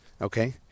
Okay